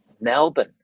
Melbourne